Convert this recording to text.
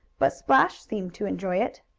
but splash seemed to enjoy it.